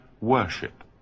worship